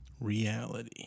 reality